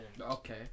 Okay